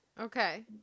Okay